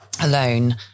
alone